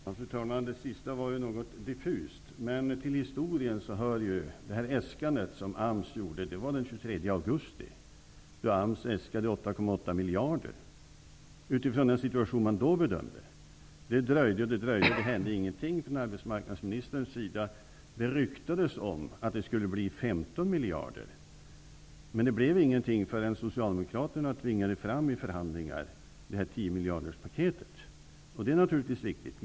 Fru talman! Det som arbetsmarknadsministern sade senast var något diffust. Till historien hör att äskandet från AMS kom den 23 augusti. AMS äskade då 8,8 miljarder, utifrån den bedömning man då gjorde av situationen. Det dröjde. Det hände ingenting från arbetsmarknadsministerns sida. Det ryktades om att man skulle få 15 miljarder. Men det blev ingenting förrän Socialdemokraterna i förhandlingar tvingade fram paketet med 10 miljarder.